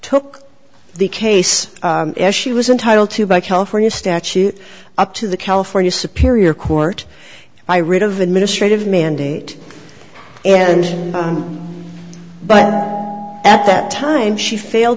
took the case as she was entitled to by california statute up to the california superior court by rid of administrative mandate and but at that time she fail